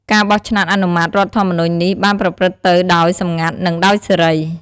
ការបោះឆ្នោតអនុម័តរដ្ឋធម្មនុញ្ញនេះបានប្រព្រឹត្តទៅដោយសម្ងាត់ និងដោយសេរី។